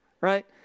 right